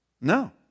no